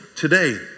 Today